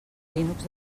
linux